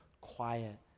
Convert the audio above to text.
quiet